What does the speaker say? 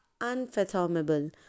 unfathomable